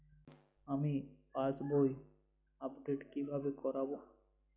আমি পাসবই আপডেট কিভাবে করাব?